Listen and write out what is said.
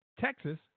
Texas